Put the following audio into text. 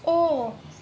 oh